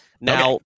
Now